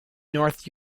north